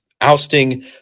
ousting